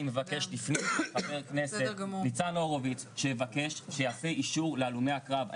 תפני לחבר הכנסת ניצן הורוביץ שיעשה אישור להלומי הקרב,